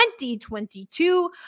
2022